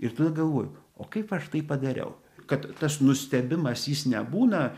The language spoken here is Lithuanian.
ir tada galvoji o kaip aš tai padariau kad tas nustebimas jis nebūna